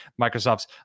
Microsoft's